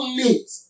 late